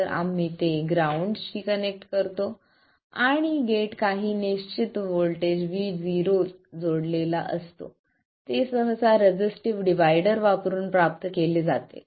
तर आम्ही ते ग्राउंडशी कनेक्ट करतो आणि गेट काही निश्चित व्होल्टेज VG0 जोडलेला असतो सहसा ते रेझिस्टिव्ह डिव्हायडर वापरुन प्राप्त केला जातो